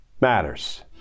matters